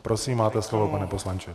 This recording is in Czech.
Prosím, máte slovo, pane poslanče.